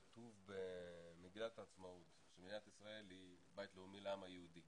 כתוב במגילת העצמאות שמדינת ישראל היא בית לאומי לעם היהודי